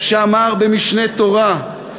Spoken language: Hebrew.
שאמר ב"משנה תורה",